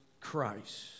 Christ